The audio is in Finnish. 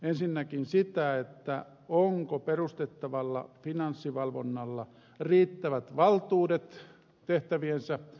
ensinnäkin peräänkuulutin sitä että onko perustettavalla finanssivalvonnalla riittävät valtuudet tehtäviensä suorittamiseen